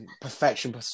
perfection